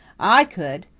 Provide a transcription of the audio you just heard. i could.